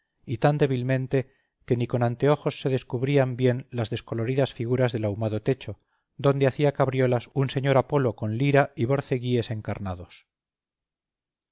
y tan débilmente que ni con anteojos se descubrían bien las descoloridas figuras del ahumado techo donde hacía cabriolas un señor apolo con lira y borceguíes encarnados